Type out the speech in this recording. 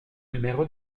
numéro